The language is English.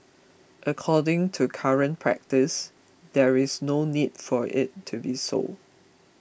according to current practice there is no need for it to be so